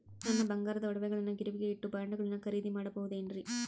ನನ್ನ ಬಂಗಾರದ ಒಡವೆಗಳನ್ನ ಗಿರಿವಿಗೆ ಇಟ್ಟು ಬಾಂಡುಗಳನ್ನ ಖರೇದಿ ಮಾಡಬಹುದೇನ್ರಿ?